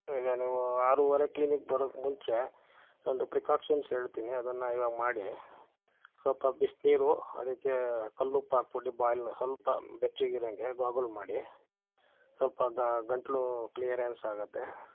ಇಲ್ಲ ನೀವು ಆರೂವರೆಗೆ ಕ್ಲಿನಿಕ್ ಬರೋಕ್ಕೆ ಮುಂಚೆ ಒಂದು ಪ್ರಿಕೊಕ್ಷನ್ಸ್ ಹೇಳ್ತೀನಿ ಅದನ್ನು ಇವಾಗ ಮಾಡಿ ಸ್ವಲ್ಪ ಬಿಸಿನೀರು ಅದಕ್ಕೆ ಕಲ್ಲುಪ್ಪು ಹಾಕ್ಬಿಟ್ಟ್ ಬಾಯಲ್ಲಿ ಸ್ವಲ್ಪ ಬೆಚ್ಚಗೆ ಇರೋಂಗೆ ಗ್ವಾಗುಲ್ ಮಾಡಿ ಸ್ವಲ್ಪ ಗಂಟ್ಲು ಕ್ಲಿಯರೆನ್ಸ್ ಆಗುತ್ತೆ